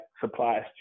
supplies